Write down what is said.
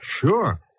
Sure